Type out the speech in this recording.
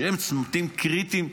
שהם צמתים קריטיים.